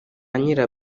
nyira